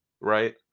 right